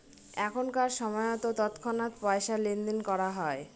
এখনকার সময়তো তৎক্ষণাৎ পয়সা লেনদেন করা হয়